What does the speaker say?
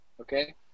okay